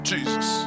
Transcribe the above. Jesus